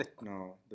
no